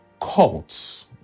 cults